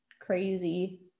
crazy